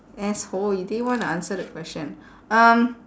asshole you didn't want to answer the question um